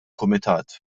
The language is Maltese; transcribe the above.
kumitat